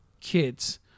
kids